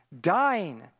dying